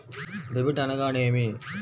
Debit అనగానేమి?